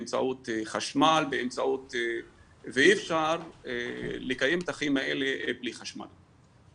באמצעות חשמל ואי אפשר לקיים את החיים האלה בלי חשמל.